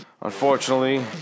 Unfortunately